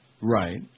Right